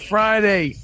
Friday